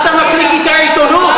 מה, אתה מקריא קטעי עיתונות?